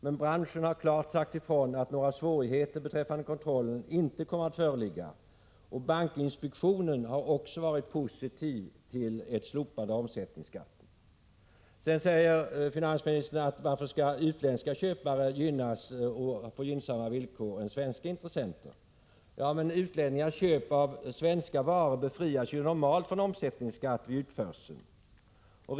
Men man har från branschhåll klart sagt ifrån att det inte kommer att föreligga några kontrollsvårigheter. Bankinspektionen har också varit positiv till ett slopande av omsättningsskatten. Vidare frågar sig finansministern varför utländska köpare skulle få gynnsammare villkor än svenska intressenter. Men utlänningars köp av svenska varor befrias ju normalt från omsättningsskatt vid utförsel.